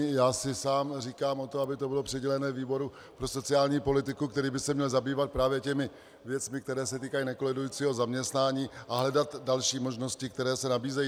Já si sám říkám o to, aby to bylo přiděleno výboru pro sociální politiku, který by se měl zabývat právě těmi věcmi, které se týkají nekolidujícího zaměstnání, a hledat další možnosti, které se nabízejí.